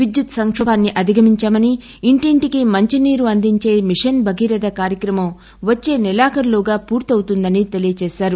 విద్యుత్ సంకోభాన్సి అధిగమించామని ఇంటింటికి మంచి నీరు అందించే మిషన్ భగీరథ కార్యాక్రమం వచ్చే నెలాఖరులోగా పూర్తి అవుతుందని తెలిపారు